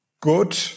good